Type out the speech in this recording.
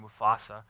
Mufasa